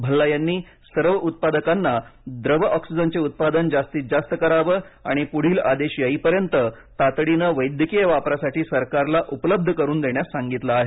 भल्ला यांनी सर्व उत्पादकांना द्रव ऑक्सिजनचे उत्पादन जास्तीत जास्त करावे आणि पुढील आदेश येईपर्यंत तातडीने वैद्यकीय वापरासाठी सरकारला उपलब्ध करुन देण्यास सांगितलं आहे